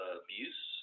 abuse